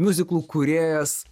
miuziklų kūrėjas